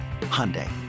Hyundai